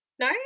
No